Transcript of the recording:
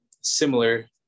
similar